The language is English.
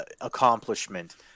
accomplishment